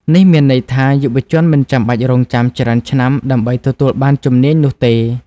នេះមានន័យថា យុវជនមិនចាំបាច់រង់ចាំច្រើនឆ្នាំដើម្បីទទួលបានជំនាញនោះទេ។